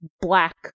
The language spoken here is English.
black